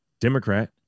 Democrat